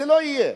זה לא יהיה.